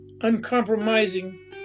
uncompromising